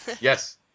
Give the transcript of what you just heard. Yes